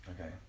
Okay